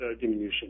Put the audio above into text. diminution